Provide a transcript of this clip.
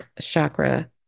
chakra